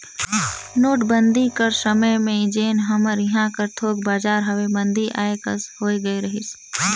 नोटबंदी कर समे में जेन हमर इहां कर थोक बजार हवे मंदी आए कस होए गए रहिस